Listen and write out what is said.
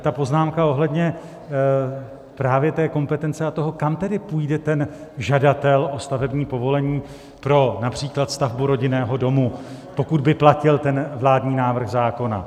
Ta poznámka ohledně právě té kompetence a toho, kam tedy půjde ten žadatel o stavební povolení například pro stavbu rodinného domu, pokud by platil ten vládní návrh zákona.